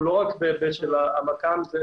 לא רק בנושא המכ"ם אלא